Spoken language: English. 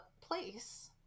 place